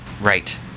Right